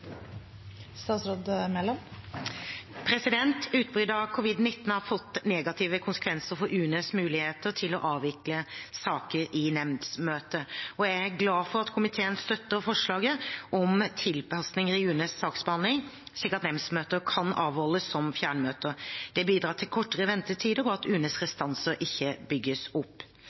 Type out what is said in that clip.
av covid-19 har fått negative konsekvenser for UNEs muligheter til å avvikle saker i nemndsmøter. Jeg er glad for at komiteen støtter forslaget om tilpasninger i UNEs saksbehandling, slik at nemndsmøter kan avholdes som fjernmøter. Det bidrar til kortere ventetider og at UNEs restanser ikke bygges opp.